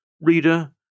Reader